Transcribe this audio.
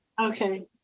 Okay